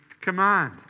command